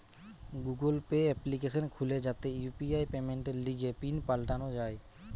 Google Pay application খুলে যাতে UPI পেমেন্টের লিগে পিন পাল্টানো যায়